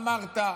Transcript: אמרת,